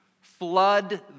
Flood